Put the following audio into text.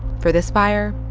for this fire,